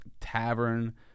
tavern